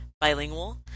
bilingual